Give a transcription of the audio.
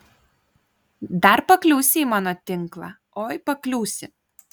dar pakliūsi į mano tinklą oi pakliūsi